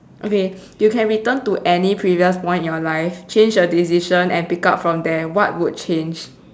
okay you can return to any previous point in your life change your decision and pick up from there what would change